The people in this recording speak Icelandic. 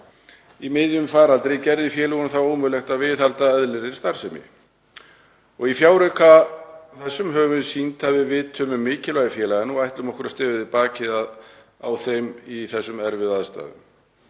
í miðjum faraldri gerði félögunum það ómögulegt að viðhalda eðlilegri starfsemi. Í fjárauka þessum höfum við sýnt að við vitum um mikilvægi félaganna og ætlum okkur að styðja við bakið á þeim í þessum erfiðu aðstæðum.